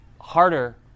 harder